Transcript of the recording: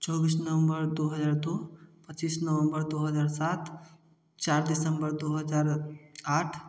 चौबीस नवम्बर दो हज़ार दो पचीस नवम्बर दो हज़ार सात चार दिसंबर दो हज़ार आठ